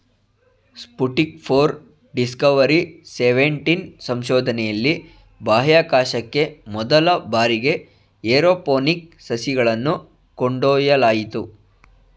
Sputnik four, Discovery seventeen ಸಂಶೋಧನೆಯಲ್ಲಿ ಬಾಹ್ಯಾಕಾಶಕ್ಕೆ ಮೊದಲ ಬಾರಿಗೆ ಏರೋಪೋನಿಕ್ ಸಸಿಗಳನ್ನು ಕೊಂಡೊಯ್ಯಲಾಯಿತು